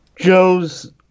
Joe's